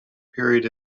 period